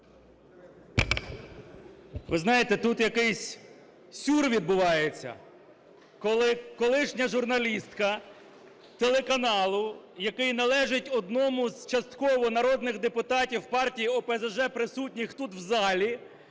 Ви знаєте, тут якийсь сюр відбувається, коли колишня журналістка телеканалу, який належить одному з частково народних депутатів партії ОПЗЖ, присутніх тут у залі,